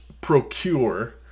procure